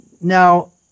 Now